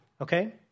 okay